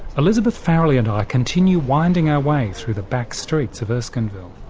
elizabeth farrelly and i continue winding our way through the back streets of erskineville.